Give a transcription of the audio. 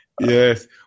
Yes